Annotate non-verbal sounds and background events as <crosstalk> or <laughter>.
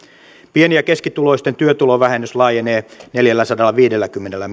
pieni ja keskituloisten työtulovähennys laajenee neljälläsadallaviidelläkymmenellä <unintelligible>